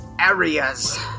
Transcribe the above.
Areas